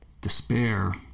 despair